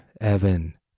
Evan